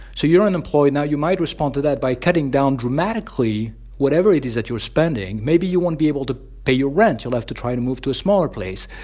so you're unemployed now. you might respond to that by cutting down dramatically whatever it is that you are spending. maybe you won't be able to pay your rent. you'll have to try to move to a smaller place.